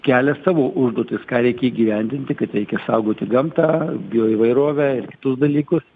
kelia savo užduotis ką reikia įgyvendinti kad reikia saugoti gamtą bio įvairovę ir kitus dalykus